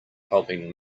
helping